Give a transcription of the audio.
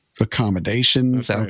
accommodations